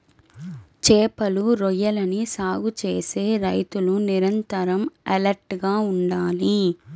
చేపలు, రొయ్యలని సాగు చేసే రైతులు నిరంతరం ఎలర్ట్ గా ఉండాలి